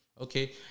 Okay